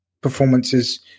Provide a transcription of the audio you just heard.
performances